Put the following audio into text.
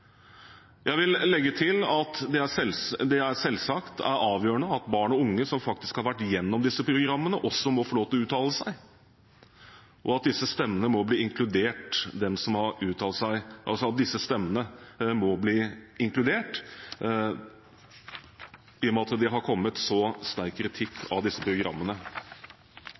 Jeg vil legge til at det selvsagt er avgjørende at barn og unge som faktisk har vært gjennom disse programmene, også får lov til å uttale seg, og at disse stemmene må bli inkludert, i og med at det har kommet så sterk kritikk av disse programmene.